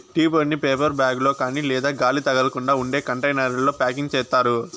tea పొడిని paper bag లో కాని లేదా గాలి తగలకుండా ఉండే కంటైనర్లలో ప్యాకింగ్ చేత్తారు